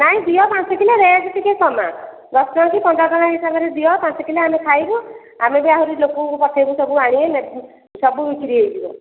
ନାଇଁ ଦିଅ ପାଞ୍ଚ କିଲେ ରେଟ୍ ଟିକେ କମାଅ ଦଶ ଟଙ୍କା କି ପନ୍ଦର ଟଙ୍କା ହିସାବରେ ଦିଅ ପାଞ୍ଚ କିଲୋ ଆମେ ଖାଇବୁ ଆମେ ବି ଆହୁରି ଲୋକଙ୍କୁ ପଠେଇବୁ ସବୁ ଆଣିବେ ନେବେ ସବୁ ବିକ୍ରି ହେଇଯିବ